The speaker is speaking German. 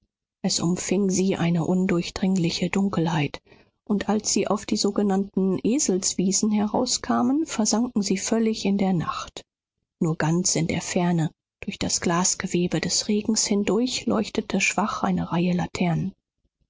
es umfing sie eine undurchdringliche dunkelheit und als sie auf die sogenannten eselswiesen herauskamen versanken sie völlig in der nacht nur ganz in der ferne durch das glasgewebe des regens hindurch leuchtete schwach eine reihe laternen